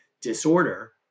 disorder